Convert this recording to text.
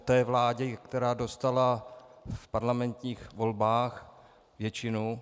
Té vládě, která dostala v parlamentních volbách většinu.